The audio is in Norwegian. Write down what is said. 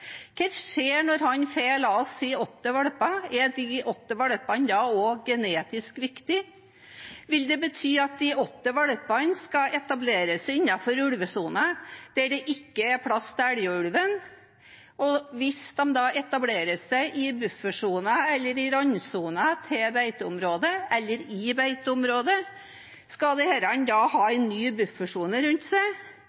Hva skjer når den får – la oss si – åtte valper? Er de åtte valpene da også genetisk viktige? Vil det bety at de åtte valpene skal etablere seg innenfor ulvesonen, der det ikke er plass til Elgå-ulven? Hvis de da etablerer seg i buffersonen eller i randsonen til beiteområdet, eller i beiteområdet, skal disse da ha